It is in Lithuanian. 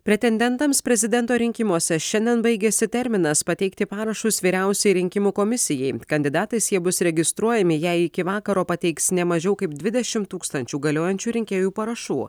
pretendentams prezidento rinkimuose šiandien baigiasi terminas pateikti parašus vyriausiajai rinkimų komisijai kandidatais jie bus registruojami jei iki vakaro pateiks ne mažiau kaip dvidešim tūkstančių galiojančių rinkėjų parašų